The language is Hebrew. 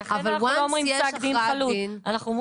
אבל once יש הכרעת דין -- לכן אנחנו לא אומרים פסק דין חלוט.